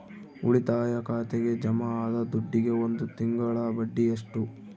ಉಳಿತಾಯ ಖಾತೆಗೆ ಜಮಾ ಆದ ದುಡ್ಡಿಗೆ ಒಂದು ತಿಂಗಳ ಬಡ್ಡಿ ಎಷ್ಟು?